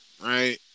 Right